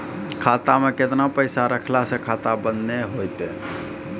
खाता मे केतना पैसा रखला से खाता बंद नैय होय तै?